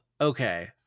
Okay